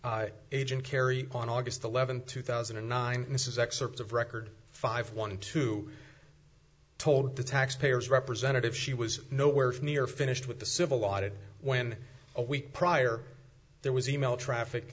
specifically age in carry on august eleventh two thousand and nine this is excerpts of record five one two told the taxpayers representative she was nowhere near finished with the civil audit when a week prior there was e mail traffic